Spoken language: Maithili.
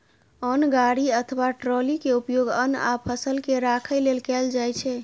अन्न गाड़ी अथवा ट्रॉली के उपयोग अन्न आ फसल के राखै लेल कैल जाइ छै